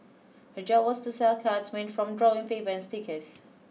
her job was to sell cards made from drawing paper and stickers